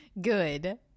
good